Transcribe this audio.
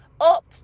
up